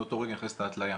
מאותו רגע נכנסת ההתליה.